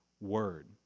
Word